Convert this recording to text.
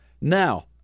now